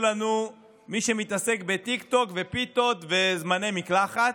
לנו מי שמתעסק בטיקטוק ובפיתות ובזמני מקלחת,